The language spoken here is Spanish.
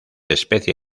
especie